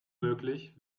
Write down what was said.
möglich